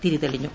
തിരിതെളിഞ്ഞു